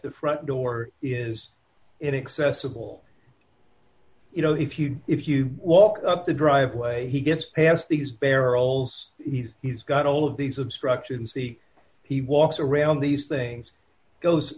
the front door is inaccessible you know if you if you walk up the driveway he gets past these barrels he's got all of these obstruction see he walks around these things goes